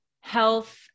health